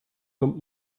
kommt